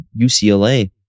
UCLA